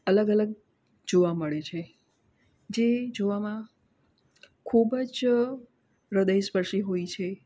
અલગ અલગ જોવા મળે છે જે જોવામાં ખૂબ જ હૃદયસ્પર્શી હોય છે